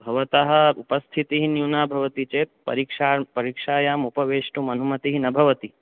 भवतः उपस्थितिः न्यूना भवति चेत् परिक्षा परिक्षायाम् उपवेष्टुमनुमतिः न भवति